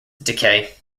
decay